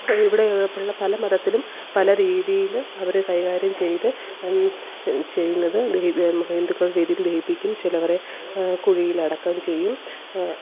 ഇവിടെ ഉള്ള പല മതത്തിലും പല രീതിയില് അവര് കൈകാര്യം ചെയ്ത് ചെയ്യുന്നത് ഹിന്ദുക്കളുടെ രീതിയില് ദഹിപ്പിക്കും ചിലവരെ കുഴിയിലടക്കം ചെയ്യും